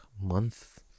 month